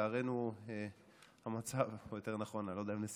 ולצערנו או יותר נכון, אני לא יודע, אולי לשמחתנו,